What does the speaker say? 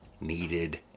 needed